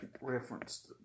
reference